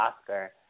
Oscar